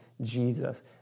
Jesus